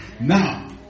Now